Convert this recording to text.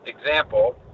example